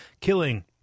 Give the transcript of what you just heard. killing